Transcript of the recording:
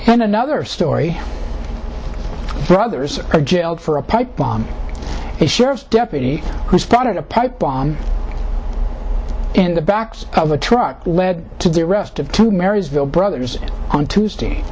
and another story brothers are jailed for a pipe bomb a sheriff's deputy who spotted a pipe bomb in the back of the truck led to the arrest of two marysville brothers on tuesday